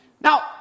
Now